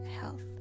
health